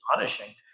astonishing